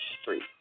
Street